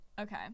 Okay